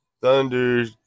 Thunder